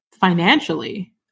financially